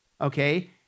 okay